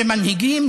ומנהיגים,